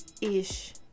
Ish